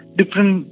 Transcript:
different